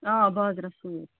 آ بازرَس کُنٕے